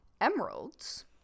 emeralds